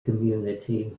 community